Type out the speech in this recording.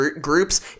groups